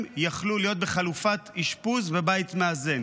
יכלו להיות בחלופת אשפוז ובית מאזן.